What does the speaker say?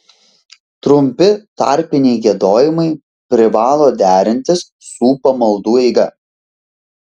trumpi tarpiniai giedojimai privalo derintis su pamaldų eiga